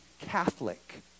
Catholic